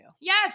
Yes